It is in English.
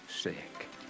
sake